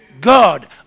God